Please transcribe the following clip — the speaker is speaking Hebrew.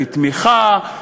כתמיכה,